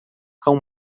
cão